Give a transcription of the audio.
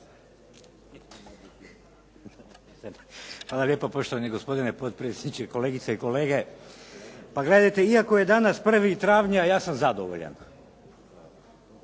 Hvala lijepo. Poštovani gospodine potpredsjedniče, kolegice i kolege. Pa gledajte iako je danas 1. travnja ja sam zadovoljan.